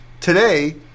today